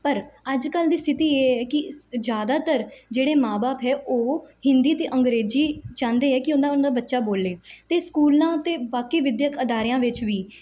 ਪਰ ਅੱਜ ਕੱਲ੍ਹ ਦੀ ਸਥਿਤੀ ਇਹ ਹੈ ਕਿ ਜ਼ਿਆਦਾਤਰ ਜਿਹੜੇ ਮਾਂ ਬਾਪ ਹੈ ਉਹ ਹਿੰਦੀ ਅਤੇ ਅੰਗਰੇਜ਼ੀ ਚਾਹੁੰਦੇ ਆ ਕਿ ਉਹਨਾਂ ਉਹਨਾਂ ਬੱਚਾ ਬੋਲੇ ਅਤੇ ਸਕੂਲਾਂ ਅਤੇ ਬਾਕੀ ਵਿੱਦਿਅਕ ਅਦਾਰਿਆਂ ਵਿੱਚ ਵੀ